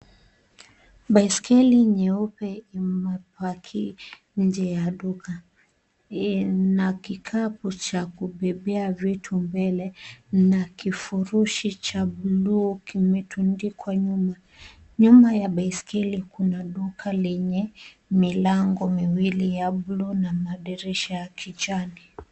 Baiskeli nyeupe imepaki nje ya duka. Ina kikapu cha kubebea vitu mbele na kifurushi cha blue kimetundikwa nyuma. Nyuma ya baiskeli kuna duka lenye milango miwili ya blue na madirisha ya kijani.